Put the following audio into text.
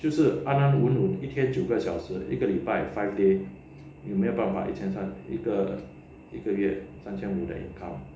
就是安安稳稳一天九个小时一个礼拜 five day 有没有办法一千三一个月三千五的 income